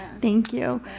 thank you.